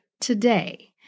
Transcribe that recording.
today